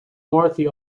worthy